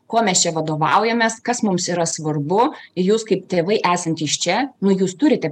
kuo mes čia vadovaujamės kas mums yra svarbu jūs kaip tėvai esantys čia nu jūs turite